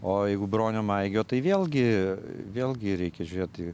o jeigu bronio maigio tai vėlgi vėlgi reikia žiūrėti